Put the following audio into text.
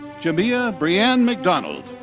ji'mia bre'ann mcdonald.